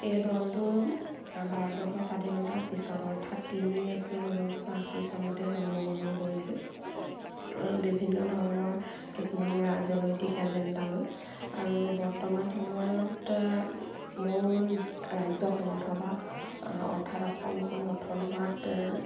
এই দলটো আমাৰ ভাৰতবৰ্ষৰ স্বাধীনতাৰ পিছত অৰ্থাৎ তিনি এপ্ৰিল ঊনৈছশ আশী চনতে জন্ম গ্ৰহণ কৰিছিল বিভিন্ন ধৰণৰ কিছুমান ৰাজনৈতিক এজেণ্ডা লৈ আৰু বৰ্তমান সময়ত মোৰ ৰাজ্যখনত অথবা অৰ্থাৎ অসমখন গঠন হোৱাত